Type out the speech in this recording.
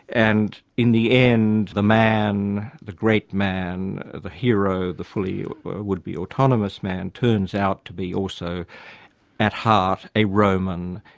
and in the end the man, the great man, the hero, the fully would-be autonomous autonomous man, turns out to be also at heart a roman,